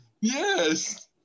Yes